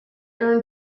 earned